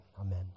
Amen